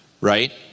right